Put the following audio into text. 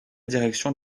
direction